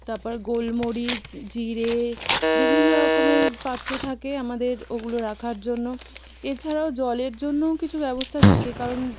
তার পরে গোলমরিচ জিরে বিভিন্ন রকমের পাত্র থাকে আমাদের ওগুলো রাখার জন্য এছাড়াও জলের জন্যও কিছু ব্যবস্থা থাকে কারণ